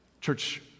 Church